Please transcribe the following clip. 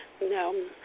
no